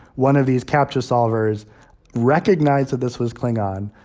one of these captcha-solvers recognized that this was klingon,